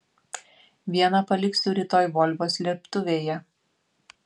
vieną paliksiu rytoj volvo slėptuvėje